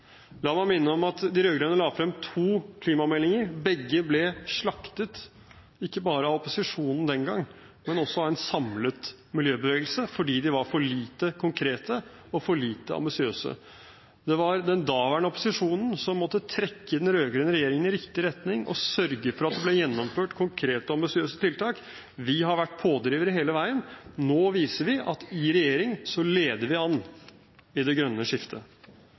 La meg minne om at de rød-grønne la frem to klimameldinger. Begge ble slaktet, ikke bare av opposisjonen den gang, men også av en samlet miljøbevegelse, fordi de var for lite konkrete og for lite ambisiøse. Det var den daværende opposisjonen som måtte trekke den rød-grønne regjeringen i riktig retning og sørge for at det ble gjennomført konkrete og ambisiøse tiltak. Vi har vært pådrivere hele veien. Nå viser vi at i regjering leder vi an i det grønne skiftet.